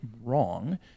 wrong